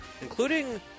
including